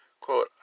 Quote